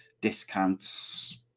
discounts